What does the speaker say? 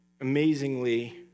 amazingly